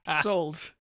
sold